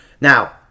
now